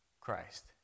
Christ